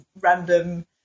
random